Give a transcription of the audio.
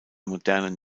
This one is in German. modernen